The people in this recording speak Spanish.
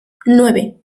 nueve